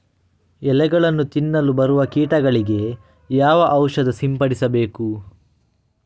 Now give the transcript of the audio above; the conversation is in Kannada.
ಎಲೆಗಳನ್ನು ತಿನ್ನಲು ಬರುವ ಕೀಟಗಳಿಗೆ ಯಾವ ಔಷಧ ಸಿಂಪಡಿಸಬೇಕು?